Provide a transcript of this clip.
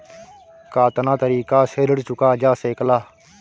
कातना तरीके से ऋण चुका जा सेकला?